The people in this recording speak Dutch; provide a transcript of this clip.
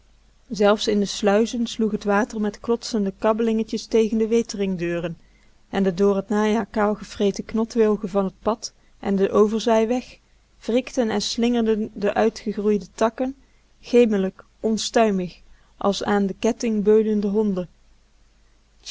zelfs in de sluizen sloeg t water met klotsende kabbelingetjes tegen de wetering deuren en de door t najaar kaal gevreten knotwilgen van t pad en den overzij weg wrikten en slingerden de uitgegroeide takken gemelijk onstuimig als aan den ketting beulende honden